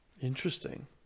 Interesting